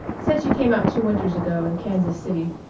said she came out two winters ago in kansas city.